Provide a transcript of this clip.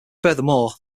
furthermore